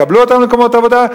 יקבלו אותם למקומות עבודה,